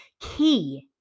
key